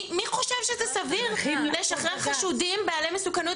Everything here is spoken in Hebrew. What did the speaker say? מי חושב שזה סביר לשחרר חשודים בעלי מסוכנות